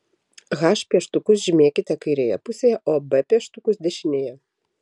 h pieštukus žymėkite kairėje pusėje o b pieštukus dešinėje